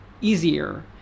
easier